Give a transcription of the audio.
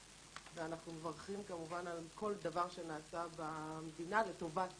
ואנחנו מברכים כמובן על כל דבר שנעשה במדינה לטובת זה,